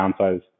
downsize